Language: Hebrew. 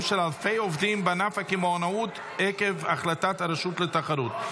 של אלפי עובדים בענף הקמעונאות עקב החלטת הרשות לתחרות.